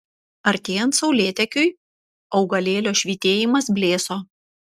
artėjant saulėtekiui augalėlio švytėjimas blėso